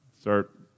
Start